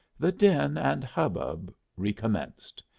the din and hubbub recommenced.